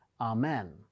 amen